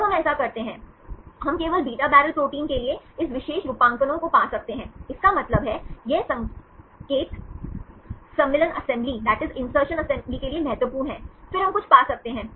जब हम ऐसा करते हैं हम केवल बीटा बैरल प्रोटीन के लिए इस विशेष रूपांकनों को पा सकते हैं इसका मतलब है यह संकेत सम्मिलन असेंबली के लिए महत्वपूर्ण है फिर हम कुछ पा सकते हैं